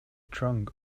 trunk